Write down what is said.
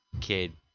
kid